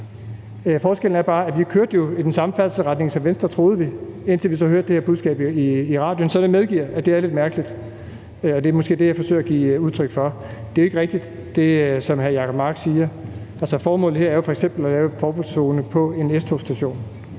Forskellen er bare, at vi jo kørte i den samme færdselsretning som Venstre, troede vi, indtil vi så hørte det her budskab i radioen. Så jeg medgiver, at det er lidt mærkeligt, og det er måske det, jeg forsøger at give udtryk for. Det, som hr. Jacob Mark siger, er jo ikke rigtigt. Altså, formålet her er jo f.eks. at lave en forbudszone på en S-togsstation.